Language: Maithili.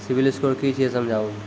सिविल स्कोर कि छियै समझाऊ?